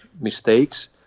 mistakes